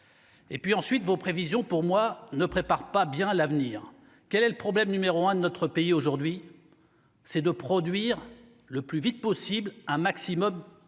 Et puis ensuite, vos prévisions pour moi ne prépare pas bien à l'avenir, quel est le problème numéro un de notre pays aujourd'hui, c'est de produire le plus vite possible un maximum